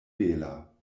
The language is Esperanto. bela